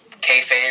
kayfabe